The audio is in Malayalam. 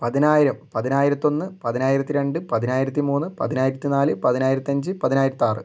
പതിനായിരം പതിനായിരത്തി ഒന്ന് പതിനായിരത്തി രണ്ട് പതിനായിരത്തി മൂന്ന് പതിനായിരത്തി നാല് പതിനായിരത്തി അഞ്ച് പതിനായിരത്തി ആറ്